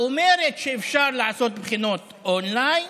אומרת שאפשר לעשות בחינות און-ליין,